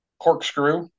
Corkscrew